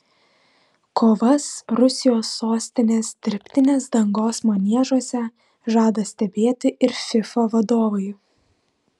kovas rusijos sostinės dirbtinės dangos maniežuose žada stebėti ir fifa vadovai